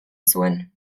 zuen